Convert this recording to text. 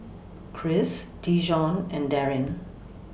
Chris Dijon and Daryn